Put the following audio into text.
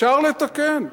אפשר לתקן.